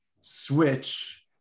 switch